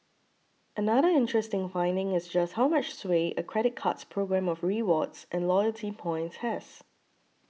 another interesting finding is just how much sway a credit card's programme of rewards and loyalty points has